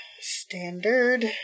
standard